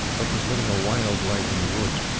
but was living a wild life in the woods,